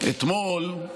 אתמול,